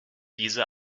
diese